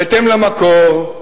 בהתאם למקור: